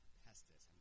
pestis